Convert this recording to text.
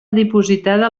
dipositada